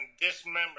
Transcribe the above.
dismember